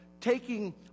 taking